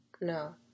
No